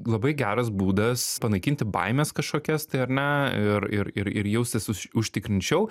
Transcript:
labai geras būdas panaikinti baimes kažkokias tai ar ne ir ir ir ir jaustis už užtikrinčiau